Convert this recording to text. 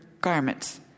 garments